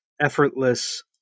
effortless